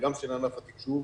וגם של ענף התקשוב.